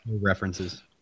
references